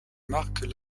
marquent